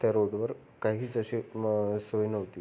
त्या रोडवर काहीच असे म सोय नव्हती